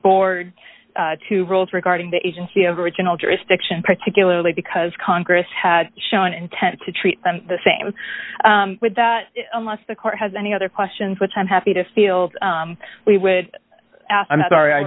board two rules regarding the agency of original jurisdiction particularly because congress has shown an intent to treat them the same with that unless the court has any other questions which i'm happy to feel we would